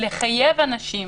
לחייב אנשים